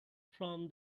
from